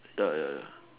ya ya ya